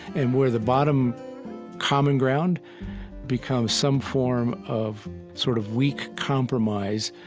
and where the bottom common ground becomes some form of sort of weak compromise,